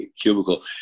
cubicle